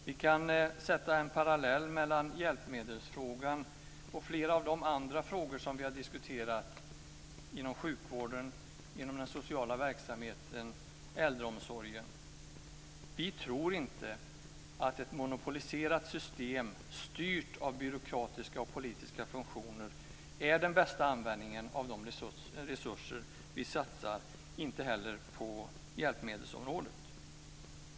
Vi kan dra en parallell mellan frågan om hjälpmedel och flera av de andra frågor som vi har diskuterat inom sjukvården, inom den sociala verksamheten och inom äldreomsorgen. Vi tror inte heller på hjälpmedelsområdet att ett monopoliserat system styrt av byråkratiska och politiska funktioner är den bästa användningen av de resurser vi satsar.